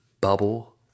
bubble